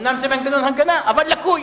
אומנם זה מנגנון הגנה, אבל לקוי.